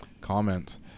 comments